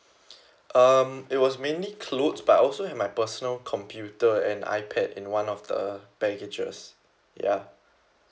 um it was mainly clothes but I also have my personal computer and ipad in one of the baggages ya